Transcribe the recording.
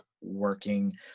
working